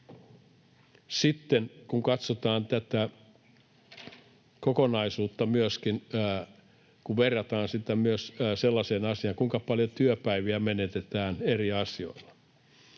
Sitten katsotaan tätä kokonaisuutta myöskin, verrataan sitä myös sellaiseen asiaan, kuinka paljon työpäiviä menetetään eri asioilla.